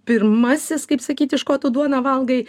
pirmasis kaip sakyti škotų duoną valgai